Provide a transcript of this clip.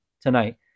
tonight